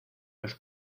los